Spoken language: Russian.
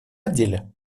отделе